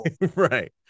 right